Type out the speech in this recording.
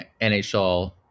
NHL